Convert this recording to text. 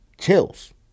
chills